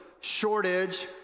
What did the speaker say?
shortage